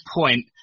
point